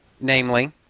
Namely